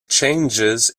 changes